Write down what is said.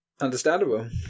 Understandable